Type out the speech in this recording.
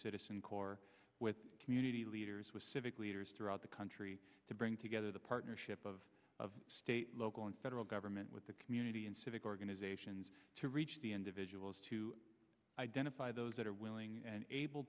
citizen corps with community leaders with civic leaders throughout the country to bring together the partnership of of state local and federal government with the community and civic organizations to reach the individuals to identify those that are willing and able